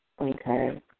Okay